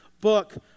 book